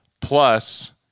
plus